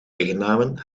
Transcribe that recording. eigennamen